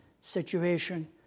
situation